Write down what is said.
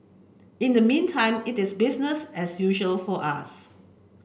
in the meantime it is business as usual for us